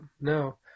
no